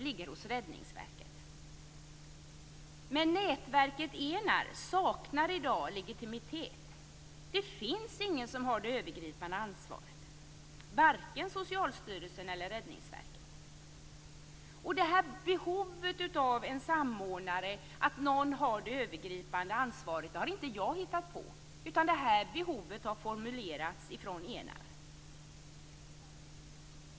Men nätverket Enar saknar i dag legitimitet, och det finns ingen som har det övergripande ansvaret, vare sig Socialstyrelsen eller Räddningsverket. Behovet av en samordnare med ett övergripande ansvar har inte hittats på av mig, utan det har formulerats av Enar.